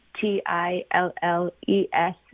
T-I-L-L-E-S